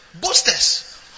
boosters